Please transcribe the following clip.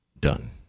done